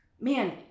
man